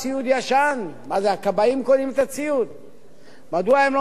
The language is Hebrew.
מדוע הם לא מסכימים לרפורמה בלי הסכם שיגדיר את זכויותיהם?